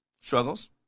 struggles